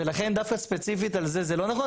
ולכן דווקא ספציפית על זה זה לא נכון.